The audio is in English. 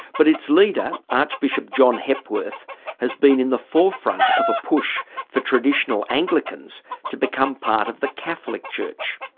but its leader, archbishop john hepworth has been in the forefront of a push for traditional anglicans to become part of the catholic church,